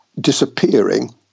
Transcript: disappearing